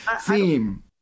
theme